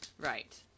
Right